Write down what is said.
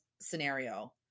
scenario